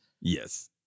Yes